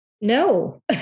no